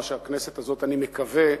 הכנסת הזאת, אני מקווה,